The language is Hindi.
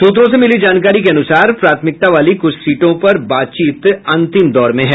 सूत्रों से मिली जानकारी के अनुसार प्राथमिकता वाली कुछ सीटों पर बातचीत अंतिम दौर में है